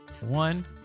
One